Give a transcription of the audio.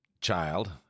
child